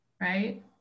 Right